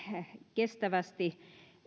kestävästi